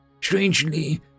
Strangely